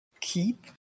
Keep